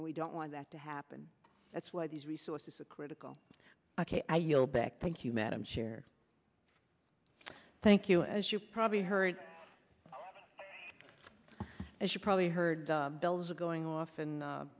and we don't want that to happen that's why these resources a critical ok i yield back thank you madam chair thank you as you probably heard as you probably heard the bells are going off and